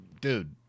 dude